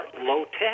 low-tech